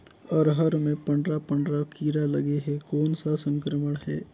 अरहर मे पंडरा पंडरा कीरा लगे हे कौन सा संक्रमण हे?